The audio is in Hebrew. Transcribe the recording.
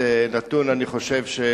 אני חושב,